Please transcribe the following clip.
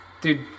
Dude